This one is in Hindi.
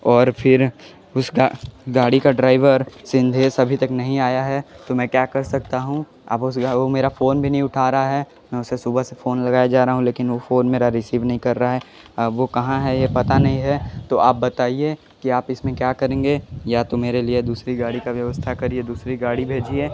और फिर उसका गाड़ी का ड्राइवर संदेश अभी तक नहीं आया है तो मैं क्या कर सकता हूँ आप उसे गांव मेरा फोन भी नहीं उठा रहा है मैं उसे सुबह से फोन लगाया जा रहा हूँ लेकिन वह फोन मेरा रिसीव नहीं कर रहा है अब वो कहाँ है यह पता नहीं है तो आप बताइए कि आप इसमें क्या करेंगे या तो मेरे लिए दूसरी गाड़ी का व्यवस्था करिए दूसरी गाड़ी भेजिए